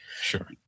Sure